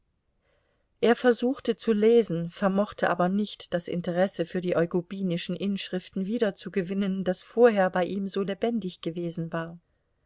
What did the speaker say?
er versuchte zu lesen vermochte aber nicht das interesse für die eugubinischen inschriften wiederzugewinnen das vorher bei ihm so lebendig gewesen war